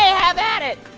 have at it.